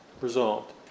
resolved